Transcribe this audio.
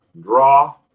Draw